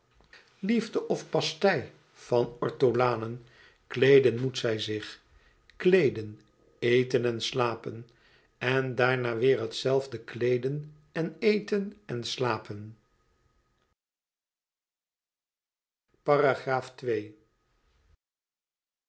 liefde of pastei van ortolanen kleeden moet hij zich kleeden eten en slapen en daarna weêr het zelfde kleeden en eten en slapen